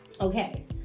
okay